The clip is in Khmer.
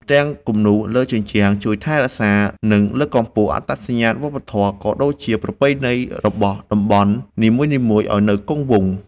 ផ្ទាំងគំនូរលើជញ្ជាំងជួយថែរក្សា និងលើកកម្ពស់អត្តសញ្ញាណវប្បធម៌ ក៏ដូចជាប្រពៃណីរបស់តំបន់នីមួយៗឱ្យនៅគង់វង្ស។